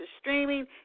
streaming